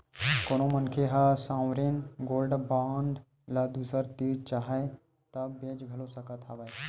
कोनो मनखे ह सॉवरेन गोल्ड बांड ल दूसर तीर चाहय ता बेंच घलो सकत हवय